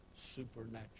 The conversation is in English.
supernatural